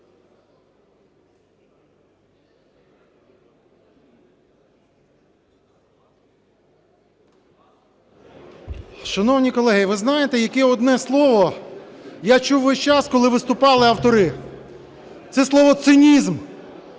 Шановні колеги, ви знаєте, яке одне слово я чув весь час, коли виступали автори – це слово "цинізм".